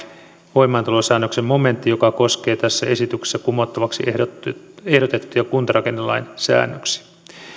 voimaantulosäännöksen momentti joka koskee tässä esityksessä kumottavaksi ehdotettuja ehdotettuja kuntarakennelain säännöksiä